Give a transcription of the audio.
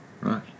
Right